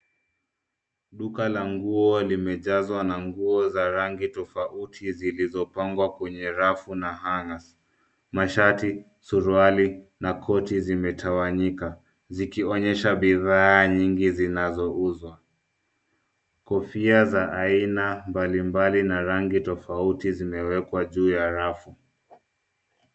Duka la nguo limejazwa na nguo za rangi tofauti zilizopangwa kwenye rafu na hangers . Mashati, suruali na koti zimetawanyika zikionyesha bidhaa nyingi zinazouzwa. Kofia za aina mbalimbali na rangi tofauti zimewekwa juu ya rafu.